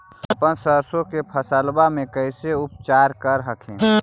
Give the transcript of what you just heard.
अपन सरसो के फसल्बा मे कैसे उपचार कर हखिन?